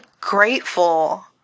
grateful